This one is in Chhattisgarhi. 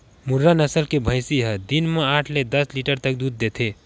मुर्रा नसल के भइसी ह दिन म आठ ले दस लीटर तक दूद देथे